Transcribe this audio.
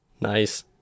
Nice